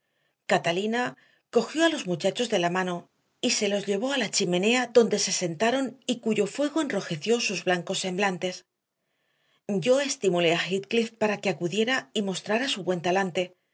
catalina cogió a los muchachos de la mano y se los llevó a la chimenea donde se sentaron y cuyo fuego enrojeció sus blancos semblantes yo estimulé a heathcliff para que acudiera y mostrara su buen talante